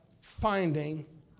finding